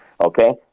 okay